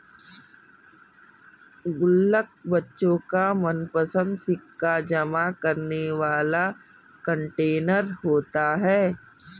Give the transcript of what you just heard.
गुल्लक बच्चों का मनपंसद सिक्का जमा करने वाला कंटेनर होता है